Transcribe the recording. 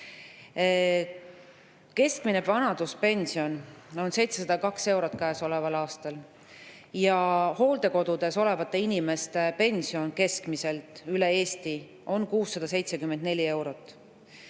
Keskmine vanaduspension on käesoleval aastal 702 eurot ja hooldekodudes olevate inimeste pension keskmiselt üle Eesti on 674 eurot.